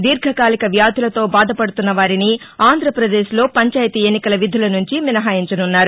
దీర్ఘకాలిక వ్యాధులతో బాధపడుతున్న వారిని ఆంధ్రప్రదేశ్ లో పంచాయతీ ఎన్నికల విధుల నుంచి మినహాయించసున్నారు